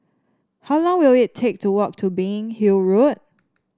how long will it take to walk to Biggin Hill Road